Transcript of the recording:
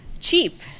cheap